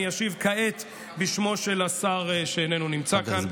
כעת אני אשיב בשמו של השר שאיננו נמצא כאן.